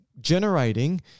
generating